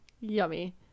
yummy